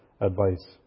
advice